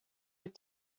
with